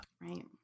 Right